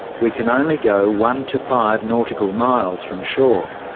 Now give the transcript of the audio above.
we can only go one to five nautical miles from shore.